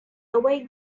away